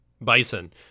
Bison